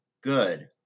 good